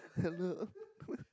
hello